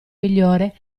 migliore